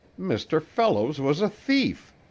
mr. fellows was a thief!